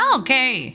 okay